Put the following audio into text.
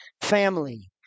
family